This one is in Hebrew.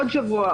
עוד שבוע,